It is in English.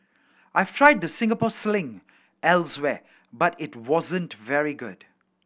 I've tried the Singapore Sling elsewhere but it wasn't very good